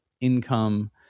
income